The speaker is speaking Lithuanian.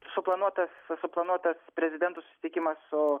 suplanuotas suplanuotas prezidentų susitikimas su